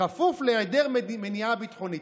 בכפוף להיעדר מניעה ביטחונית.